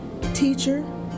Teacher